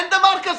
אין דבר כזה.